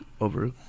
Over